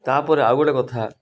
ତା'ପରେ ଆଉ ଗୋଟେ କଥା